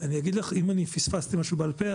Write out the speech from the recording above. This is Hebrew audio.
אני אגיד לך אם אני פספסתי משהו בעל-פה,